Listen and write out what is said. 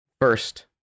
First